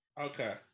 Okay